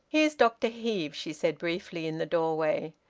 here's dr heve, she said briefly, in the doorway.